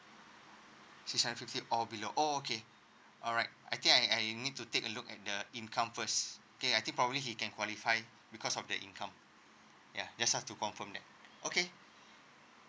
six hundred fifty or below oh okay alright I think I I need to take a look at the income first okay I think probably he can qualify because of the income ya just want to confirm that okay